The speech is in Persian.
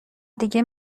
دیگه